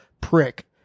prick